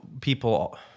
people